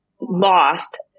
lost